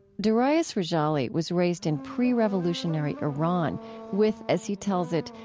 darius rejali was raised in pre-revolutionary iran with, as he tells it,